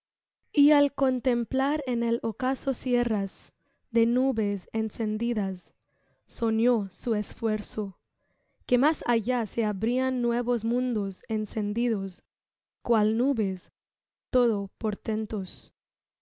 y al contemplar en el ocaso sierras de nubes encendidas soñó su esfuerzo que más allá se abrían nuevos mundos encendidos cual nubes todo portentos